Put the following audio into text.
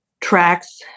tracks